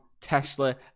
Tesla